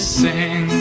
sing